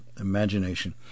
imagination